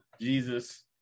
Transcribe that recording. Jesus